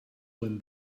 when